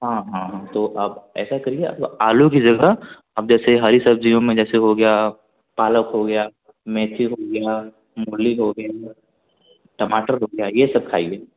हाँ हाँ तो आप ऐसा करिए आलू की जगह अब जैसे हरी सब्जियों में जैसे हो गया पालक हो गया मेथी हो मूली हो गया टमाटर हो गया ये सब खाइये